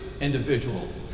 individuals